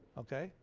okay?